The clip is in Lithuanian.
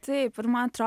taip ir man atro